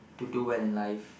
to do well in life